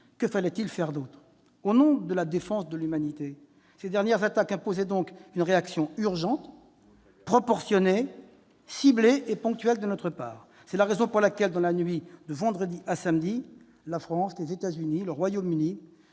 Que fallait-il faire d'autre ? Au nom de la défense de l'humanité, les dernières attaques imposaient donc une réaction urgente, proportionnée, ciblée et ponctuelle de notre part. C'est la raison pour laquelle, dans la nuit de vendredi à samedi, la France, les États-Unis, le Royaume-Uni